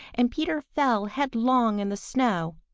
and peter fell headlong in the snow,